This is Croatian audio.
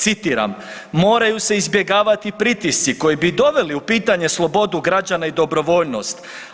Citiram, moraju se izbjegavati pritisci koji bi doveli u pitanje slobodu građana i dobrovoljnost.